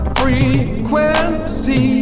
frequency